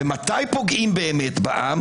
ומתי פוגעים באמת בעם